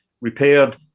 repaired